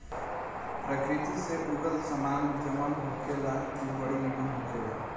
प्रकृति से उगल सामान जवन होखेला उ बड़ी निमन होखेला